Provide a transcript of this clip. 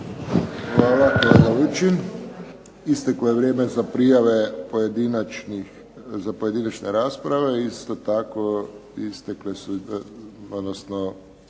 Hvala kolega Lučin. Isteklo je vrijeme za prijave za pojedinačne rasprave. Isto tako istekle su,